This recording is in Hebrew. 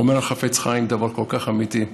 אומר החפץ חיים דבר כל כך אמיתי: